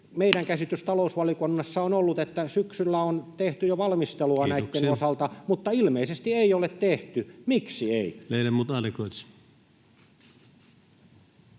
Meidän käsitys talousvaliokunnassa on ollut, että syksyllä on tehty jo valmistelua näitten osalta, [Puhemies: Kiitoksia!] mutta ilmeisesti ei ole tehty. Miksi ei?